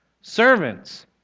Servants